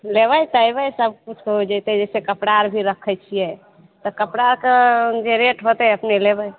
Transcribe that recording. लेबै तऽ अयबै सभकिछु हो जइतै जइसे कपड़ा आर भी रखै छियै तऽ कपड़ाके जे रेट होतै अपने लेबै